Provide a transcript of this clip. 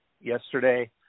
yesterday